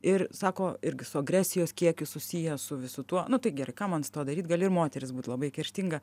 ir sako irgi su agresijos kiekiu susiję su visu tuo nu tai gerai ką man su tuo daryt gali ir moteris būt labai kerštinga